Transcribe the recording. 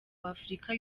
w’afurika